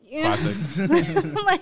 Classic